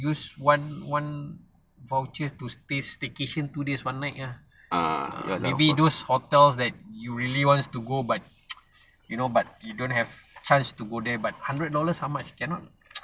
use one one voucher to stay staycation two days one night ah maybe those hotel that you really want to go but you know but you don't have chance to go there but hundred dollars how much cannot